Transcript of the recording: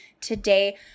today